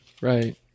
Right